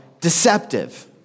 deceptive